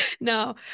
No